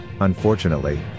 unfortunately